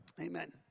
Amen